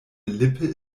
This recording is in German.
lippe